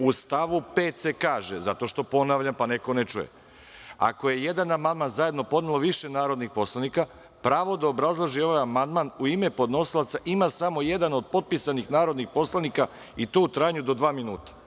U stavu 5. se kaže… (Boško Obradović, s mesta: Zašto vičete na koleginicu?) Zato što ponavljam, pa neko ne čuje – ako je jedan amandman zajedno podnelo više narodnih poslanika, pravo da obrazlaže ovaj amandman u ime podnosilaca ima samo jedan od potpisanih narodnih poslanika i to u trajanju do dva minuta.